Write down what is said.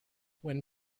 when